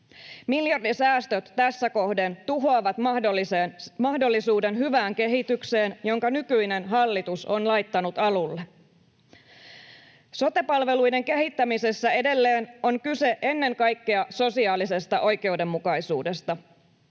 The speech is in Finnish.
Miljardin säästöt tässä kohden tuhoavat mahdollisuuden hyvään kehitykseen, jonka nykyinen hallitus on laittanut alulle. Sote-palveluiden kehittämisessä edelleen on kyse ennen kaikkea sosiaalisesta oikeudenmukaisuudesta.